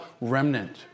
remnant